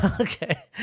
Okay